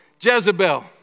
Jezebel